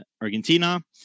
Argentina